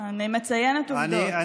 אני מציינת עובדות ואת עמדתי,